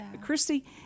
Christy